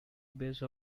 base